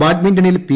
ബാഡ്മിന്റണിൽ പി